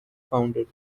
founded